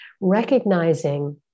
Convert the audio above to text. recognizing